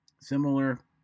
similar